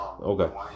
Okay